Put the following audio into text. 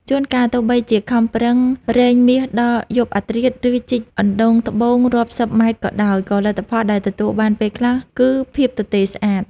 ជួនកាល ទោះបីជាខំប្រឹងរែងមាសដល់យប់អាធ្រាត្រ ឬជីកអណ្តូងត្បូងរាប់សិបម៉ែត្រក៏ដោយ ក៏លទ្ធផលដែលទទួលបានពេលខ្លះគឺភាពទទេស្អាត។